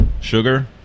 Sugar